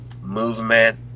movement